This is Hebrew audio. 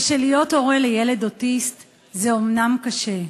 ושלהיות הורה לילד אוטיסט זה אומנם קשה,